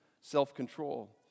self-control